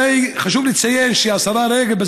הרי חשוב לציין שהשרה רגב,